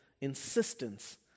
insistence